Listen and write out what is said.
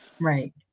Right